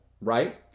right